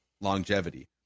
longevity